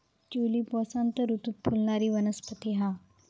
tulip वसंत ऋतूत फुलणारी वनस्पती हा